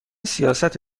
سیاست